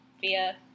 via